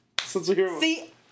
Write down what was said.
See